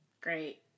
Great